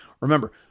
Remember